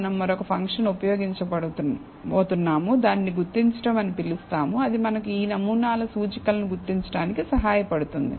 మనం మరొక ఫంక్షన్ను ఉపయోగించబోతున్నాముదానిని గుర్తించడం అని పిలుస్తాం అది మనకు ఈ నమూనాల సూచికలను గుర్తించడానికి సహాయపడుతుంది